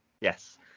Yes